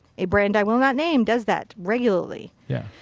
a brand i will not name does that regularly. yeah.